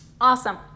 Awesome